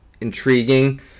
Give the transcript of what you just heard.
Intriguing